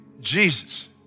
Jesus